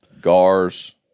gars